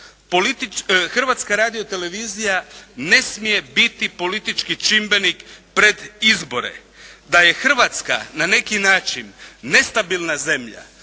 Hrvatska radiotelevizija ne smije biti politički čimbenik pred izbore. Da je Hrvatska na neki način nestabilna zemlja